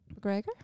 McGregor